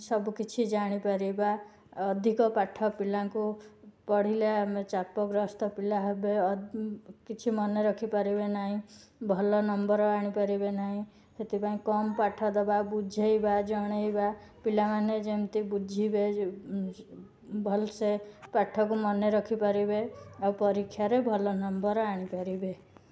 ସବୁ କିଛି ଜାଣିପାରିବା ଅଧିକ ପାଠ ପିଲାଙ୍କୁ ପଢ଼ିଲେ ଆମେ ଚାପଗ୍ରସ୍ତ ପିଲା ହେବେ କିଛି ମନେ ରଖିପାରିବେ ନାହିଁ ଭଲ ନମ୍ବର ଆଣିପାରିବେ ନାହିଁ ସେଥିପାଇଁ କମ୍ ପାଠଦବା ବୁଝାଇବା ଜଣେଇବା ପିଲାମାନେ ଯେମିତି ବୁଝିବେ ଭଲସେ ପାଠକୁ ମନେରଖିପାରିବେ ଆଉ ପରୀକ୍ଷାରେ ଭଲ ନମ୍ବର ଆଣିପାରିବେ